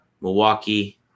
Milwaukee